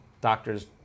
doctors